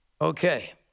Okay